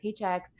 paychecks